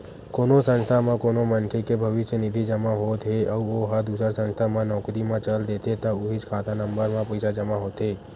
कोनो संस्था म कोनो मनखे के भविस्य निधि जमा होत हे अउ ओ ह दूसर संस्था म नउकरी म चल देथे त उहींच खाता नंबर म पइसा जमा होथे